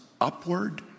upward